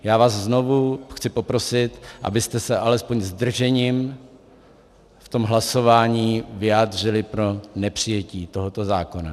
Já vás znovu chci poprosit, abyste se alespoň zdržením v tom hlasování vyjádřili pro nepřijetí tohoto zákona.